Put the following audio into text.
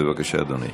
בבקשה, אדוני.